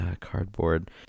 cardboard